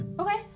Okay